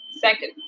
Second